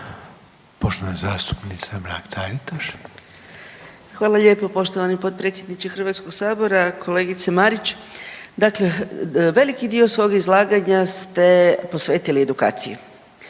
**Mrak-Taritaš, Anka (GLAS)** Hvala lijepo poštovani potpredsjedniče HS-a, kolegice Marić. Dakle, veliki dio svog izlaganja ste posvetili edukaciji.